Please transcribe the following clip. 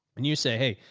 when you say, hey,